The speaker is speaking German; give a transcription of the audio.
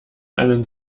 einen